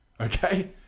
Okay